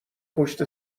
پشت